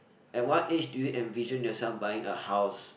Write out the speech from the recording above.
at what age do you envision yourself buying a house